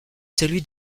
celui